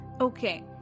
Okay